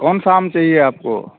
कौन सा आम चाहिए आपको